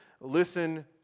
listen